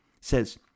says